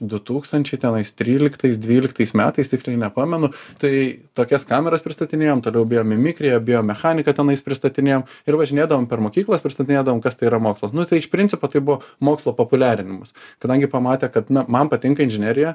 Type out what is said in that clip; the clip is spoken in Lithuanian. du tūkstančiai tenais tryliktais dvyliktais metais tiksliai nepamenu tai tokias kameras pristatinėjom toliau biomimikriją biomechaniką tenais pristatinėjom ir važinėdavom per mokyklas pristatinėdavom kas tai yra mokslas nu tai iš principo tai buvo mokslo populiarinimas kadangi pamatė kad na man patinka inžinerija